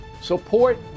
support